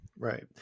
Right